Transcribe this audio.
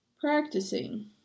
practicing